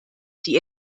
die